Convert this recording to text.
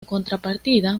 contrapartida